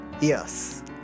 Yes